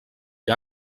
que